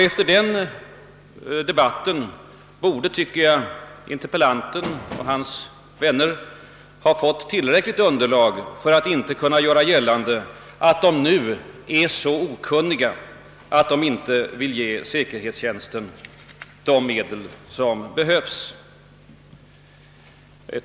Efter den debatten borde, tycker jag, interpellanten och hans vänner ha fått tillräckligt underlag för att inte göra gällande, att de nu är så okunniga att de inte kan ge säkerhetstjänsten de medel som behövs.